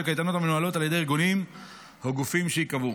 קייטנות המנוהלות על ידי ארגונים או גופים שייקבעו.